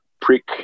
prick